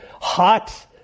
hot